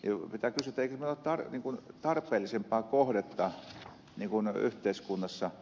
pitää kysyä eikö meillä ole tarpeellisempaa kohdetta yhteiskunnassa